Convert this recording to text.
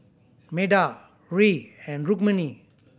Medha Hri and Rukmini